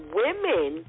women